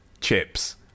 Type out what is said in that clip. chips